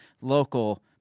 local